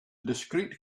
discrete